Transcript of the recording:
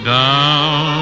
down